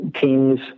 teams